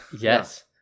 Yes